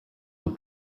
look